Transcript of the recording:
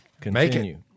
continue